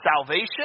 salvation